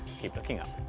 keep looking up.